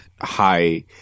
high